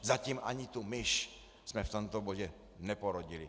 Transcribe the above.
Zatím ani tu myš jsme v tomto bodě neporodili.